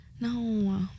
No